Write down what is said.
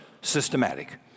systematic